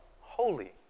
Holy